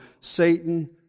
Satan